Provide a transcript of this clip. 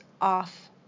off